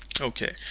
Okay